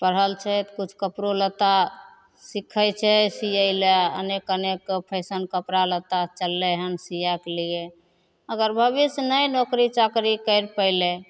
पढ़ल छै किछु कपड़ो लत्ता सिखै छै सिए ले अनेक अनेक फैशनके कपड़ा लत्ता चललै हँ सिएके लिए अगर भविष्य नहि नोकरी चाकरी करि पएलै